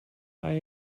hij